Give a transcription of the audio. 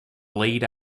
laid